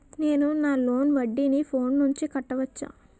నేను నా లోన్ వడ్డీని ఫోన్ నుంచి కట్టవచ్చా?